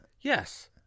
yes